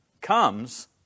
comes